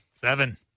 Seven